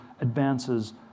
advances